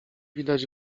widać